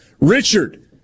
Richard